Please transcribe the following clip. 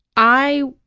i,